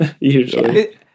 usually